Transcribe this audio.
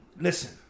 listen